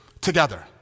together